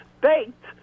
baked